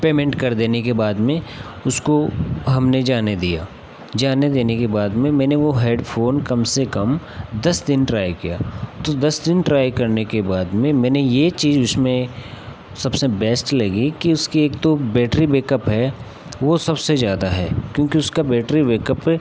payment कर देने के बाद में उसको हमने जाने दिया जाने देने के बाद में मैंने वह हेडफ़ोन कम से कम दस दिन ट्राइ किया तो दस दिन ट्राइ करने के बाद में मैंने यह चीज़ उसमें सबसे बेस्ट लगी कि उसका एक तो बेट्री बेकअप है वह सबसे ज़्यादा है क्योंकि उसका बैट्री बेकअप